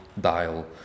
dial